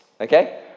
okay